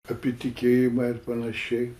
apie tikėjimą ir panašiai